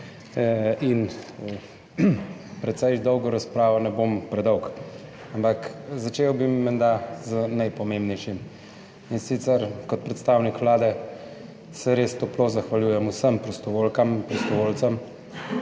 in precej dolgo razpravo ne bom predolg ampak začel bi menda z najpomembnejšim, in sicer, kot predstavnik Vlade, se res toplo zahvaljujem vsem prostovoljkam